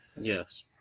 Yes